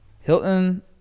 hilton